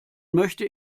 möchte